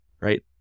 Right